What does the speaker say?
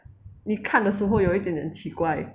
你看的时候会有一点点奇怪